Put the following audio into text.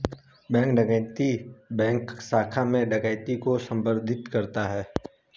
bank डकैती bank शाखा में डकैती को संदर्भित करता है